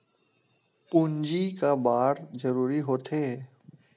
पूंजी का बार जरूरी हो थे?